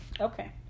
Okay